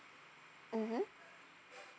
mmhmm